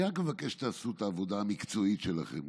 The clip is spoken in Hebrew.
אני רק מבקש שתעשו את העבודה המקצועית שלכם,